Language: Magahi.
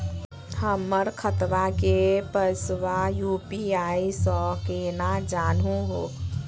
हमर खतवा के पैसवा यू.पी.आई स केना जानहु हो?